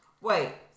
Wait